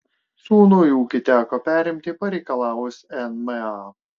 sūnui ūkį teko perimti pareikalavus nma